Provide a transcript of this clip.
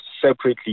separately